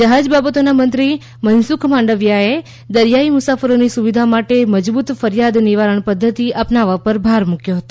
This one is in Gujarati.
જહાજ બાબતોના મંત્રી મનસુખ માંડવીયાએ દરિયાઇ મુસાફરોની સુવિધા માટે મજબૂત ફરિયાદ નિવારણ પદ્ધતિ અપનાવવા પર ભાર મૂક્યો હતો